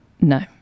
no